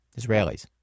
Israelis